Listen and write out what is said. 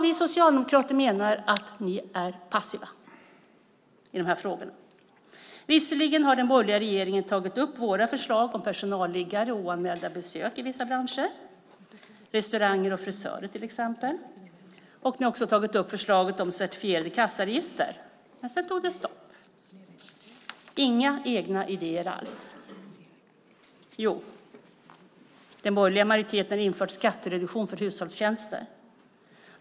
Vi socialdemokrater menar att ni är passiva i frågorna. Visserligen har den borgerliga regeringen tagit upp våra förslag om personalliggare och oanmälda besök i vissa branscher, till exempel restauranger och frisörer. Ni har också tagit upp förslaget om certifierade kassaregister. Men sedan tog det stopp. Inga egna idéer alls. Jo, den borgerliga majoriteten har infört skattereduktion för hushållstjänster.